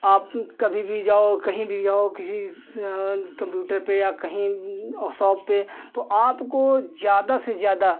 आप कभी भी जाओ कहीं भी जाओ किसी कम्प्यूटर पर या कहीं और शॉप पर तो आपको ज़्यादा से ज़्यादा